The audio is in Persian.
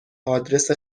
آدرس